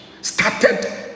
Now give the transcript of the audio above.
started